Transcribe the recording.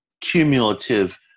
cumulative